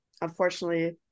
unfortunately